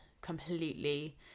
completely